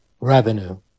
revenue